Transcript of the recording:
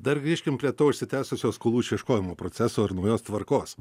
dar grįžkim prie to užsitęsusio skolų išieškojimo proceso ir naujos tvarkos